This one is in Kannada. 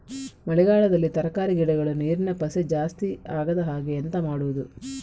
ಮಳೆಗಾಲದಲ್ಲಿ ತರಕಾರಿ ಗಿಡಗಳು ನೀರಿನ ಪಸೆ ಜಾಸ್ತಿ ಆಗದಹಾಗೆ ಎಂತ ಮಾಡುದು?